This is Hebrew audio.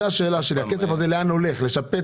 אני שואל לאן הולך הכסף הזה.